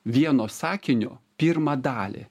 vieno sakinio pirmą dalį